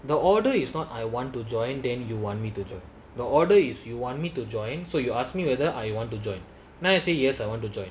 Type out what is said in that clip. the order is not I want to join then you want me to join the order is you want me to join so you ask me whether I wanted to join now I say I want to join